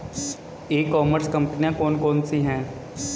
ई commerce कंपनियाँ कौन कौन सी हैं?